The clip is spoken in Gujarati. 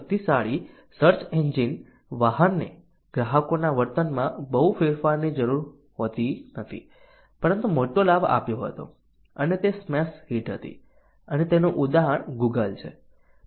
શક્તિશાળી સર્ચ એન્જિન વાહનને ગ્રાહકોના વર્તનમાં બહુ ફેરફારની જરૂર નહોતી પરંતુ મોટો લાભ આપ્યો હતો અને તે સ્મેશ હિટ હતી અને તેનું ઉદાહરણ ગૂગલ છે